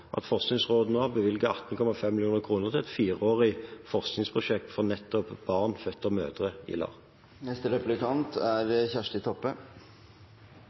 nå bevilget 18,5 mill. kr til et fireårig forskningsprosjekt for nettopp barn født av mødre i